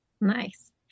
nice